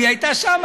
אם היא הייתה שם,